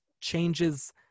changes